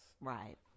Right